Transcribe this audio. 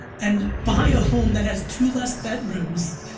and buy a home that has two less bedrooms,